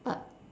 but